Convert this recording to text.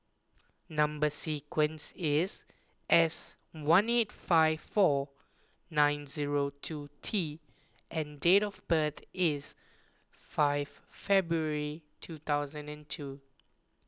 Number Sequence is S one eight five four nine zero two T and date of birth is five February two thousand and two